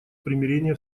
примирения